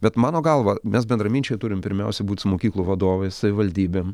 bet mano galva mes bendraminčiai turim pirmiausia būt su mokyklų vadovais savivaldybėm